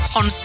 on